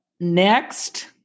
next